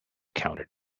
counted